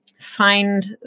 find